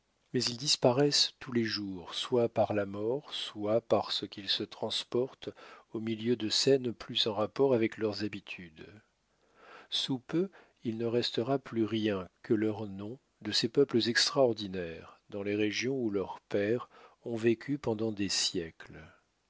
mais ils disparaissent tous les jours soit par la mort soit parce qu'ils se transportent au milieu de scènes plus en rapport avec leurs habitudes sous peu il ne restera plus rien que leur nom de ces peuples extraordinaires dans les régions où leurs pères ont vécu pendant des siècles